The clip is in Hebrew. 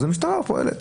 המשטרה פועלת.